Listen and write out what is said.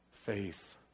faith